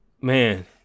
man